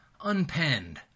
unpenned